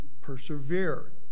persevere